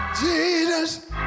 Jesus